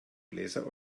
bläser